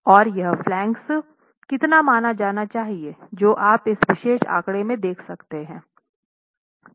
और यह फ्लांगेस कितना माना जाना चाहिए जो आप इस विशेष आंकड़े में देख सकते हैं